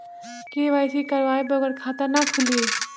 KYC करवाये बगैर खाता नाही खुली?